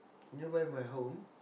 nearby my home